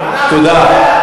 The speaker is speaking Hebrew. תודה.